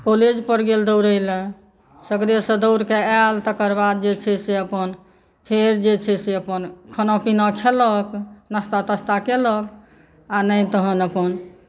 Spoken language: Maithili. कॉलेज पर गेल दौड़ै लए सगरे सँ दौड़ कऽ आयल तखन ओकर बाद जे छै से अपन फेर जे छै से अपन खाना पीना खेलक नास्ता तास्ता केलक आ नहि तहन अपन